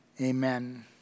amen